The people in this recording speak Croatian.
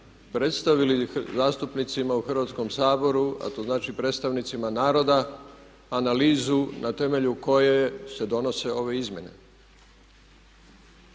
predstavili zastupnicima u Hrvatskom saboru a to znači predstavnicima naroda analizu na temelju koje se donose ove izmjene.